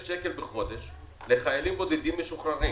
שקלים בחודש לחיילים בודדים משוחררים..